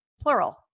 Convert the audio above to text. plural